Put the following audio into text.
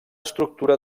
estructura